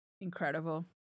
Incredible